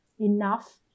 enough